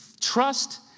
trust